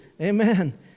Amen